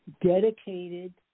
dedicated